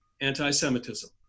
anti-Semitism